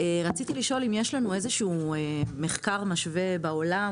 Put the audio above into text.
רציתי לשאול אם יש מחקר משווה בעולם,